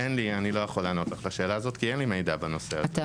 אני לא יכול לענות לך על השאלה הזאת כי אין לי מידע בנושא הזה.